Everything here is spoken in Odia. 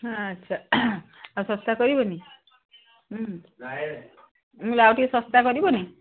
ଆଚ୍ଛା ଆଉ ଶସ୍ତା କରିବନି ମୁଁ କହିଲି ଆଉ ଟିକେ ଶସ୍ତା କରିବନି